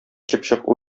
чыпчык